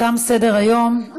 תם סדר-היום.